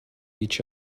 each